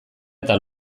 eta